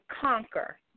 conquer